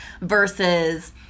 versus